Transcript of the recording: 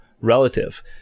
relative